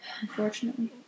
Unfortunately